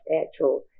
actual